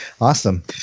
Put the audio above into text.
Awesome